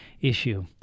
issue